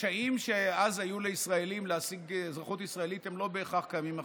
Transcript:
הקשיים שאז היו לישראלים להשיג אזרחות ישראלית לא בהכרח קיימים עכשיו.